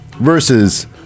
versus